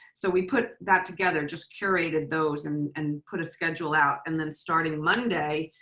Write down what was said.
so we put that together, just curated those and and put a schedule out. and then starting monday,